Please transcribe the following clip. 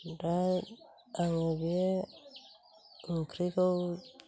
ओमफ्राय आङो बे ओंख्रिखौ